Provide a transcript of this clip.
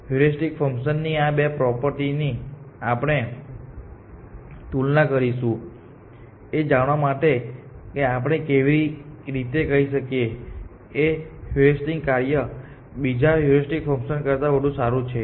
heuristic function ની આ બે પ્રોપર્ટી ની આપણે તુલના કરીશું એ જાણવા માટે કે આપણે કેવી રીતે કહી શકીએ કે એક હ્યુરિસ્ટિક કાર્ય બીજા હ્યુરિસ્ટિક ફંકશન કરતા વધુ સારું છે